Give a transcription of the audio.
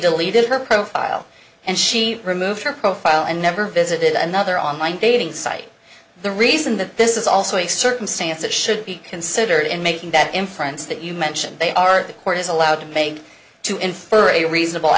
deleted her profile and she removed her profile and never visited another online dating site the reason that this is also a circumstance that should be considered in making that inference that you mentioned they are the court is allowed to make to infer a reasonable